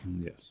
Yes